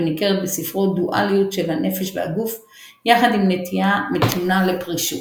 וניכרת בספרו דואליות של הנפש והגוף יחד עם נטייה מתונה לפרישות.